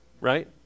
right